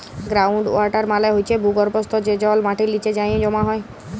ground water মালে হছে ভূগর্ভস্থ যে জল মাটির লিচে যাঁয়ে জমা হয়